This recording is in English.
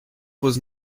was